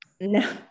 No